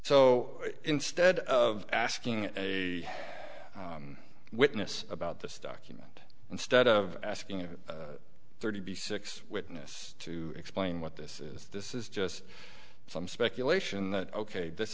so instead of asking a witness about this document instead of asking a thirty six witness to explain what this is this is just some speculation that ok this